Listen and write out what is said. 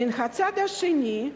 מן הצד השני,